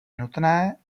nutné